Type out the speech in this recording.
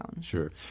Sure